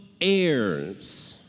heirs